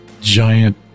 giant